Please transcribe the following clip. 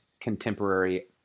contemporary